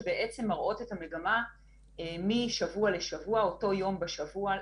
שבעצם מראות את המגמה משבוע לשבוע: אותו יום בשבוע,